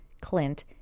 Clint